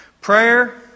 Prayer